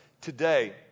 today